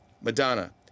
Madonna